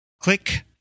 click